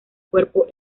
cuerpo